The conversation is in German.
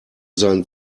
sein